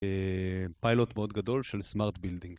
אה... פיילוט מאוד גדול של סמארט בילדינג.